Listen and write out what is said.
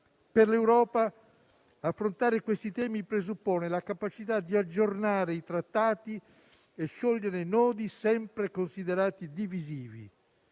Per l'Europa affrontare questi temi presuppone la capacità di aggiornare i trattati e sciogliere nodi sempre considerati divisivi.